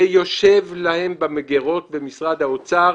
זה כבר יושב במגירות של משרד האוצר,